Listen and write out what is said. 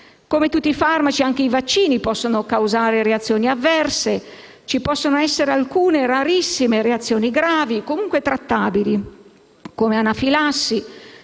Come tutti i farmaci anche i vaccini possono causare reazioni avverse. Ci possono essere alcune, rarissime, reazioni gravi, comunque trattabili, come anafilassi,